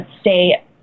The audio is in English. stay